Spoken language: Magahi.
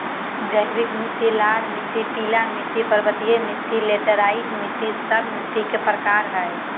जैविक मिट्टी, लाल मिट्टी, पीला मिट्टी, पर्वतीय मिट्टी, लैटेराइट मिट्टी, सब मिट्टी के प्रकार हइ